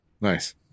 Nice